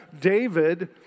David